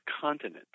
continent